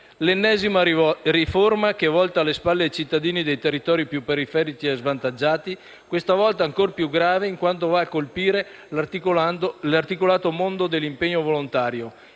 L'ennesima riforma che volta le spalle ai cittadini dei territori più periferici e svantaggiati, questa volta è ancor più grave in quanto va a colpire l'articolato mondo dell'impegno volontario,